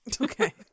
Okay